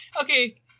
okay